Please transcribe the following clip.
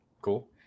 Cool